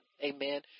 Amen